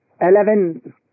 eleven